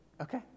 Okay